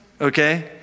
okay